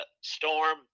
storm